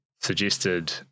suggested